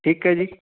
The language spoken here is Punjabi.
ਠੀਕ ਐ ਜੀ